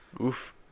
Oof